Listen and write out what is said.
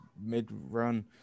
mid-run